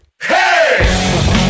Hey